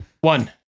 One